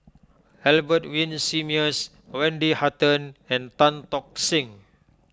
Albert Winsemius Wendy Hutton and Tan Tock Seng